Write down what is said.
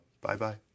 bye-bye